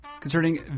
concerning